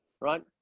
right